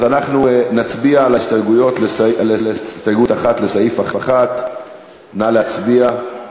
אז אנחנו נצביע על הסתייגות 1 לסעיף 1. נא להצביע.